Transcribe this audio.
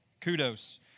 kudos